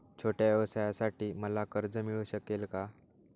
छोट्या व्यवसायासाठी मला कर्ज मिळू शकेल का?